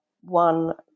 one